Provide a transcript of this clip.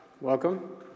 welcome